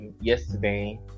yesterday